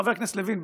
וחבר כנסת לוין,